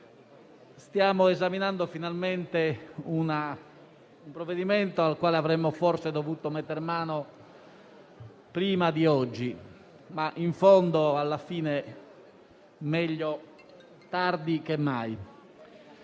stiamo esaminando finalmente un provvedimento a cui avremmo forse dovuto mettere mano prima di oggi, ma in fondo meglio tardi che mai.